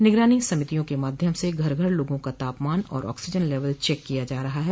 निगरानी समितियों के माध्यम से घर घर लोगों का तापमान और ऑक्सीजन लेवल चेक किया जा रहा है